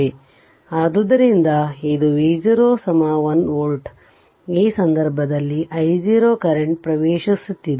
ಆದ್ದರಿಂದ ಇದು V0 1 volt ಈ ಸಂದರ್ಭದಲ್ಲಿ ಈ i0 ಕರೆಂಟ್ ಪ್ರವೇಶಿಸುತ್ತಿದೆ